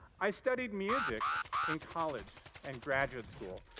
i studied music in college and graduate school.